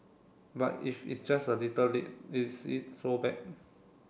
but if it's just a little late is it so bad